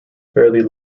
fairly